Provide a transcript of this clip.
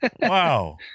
Wow